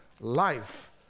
life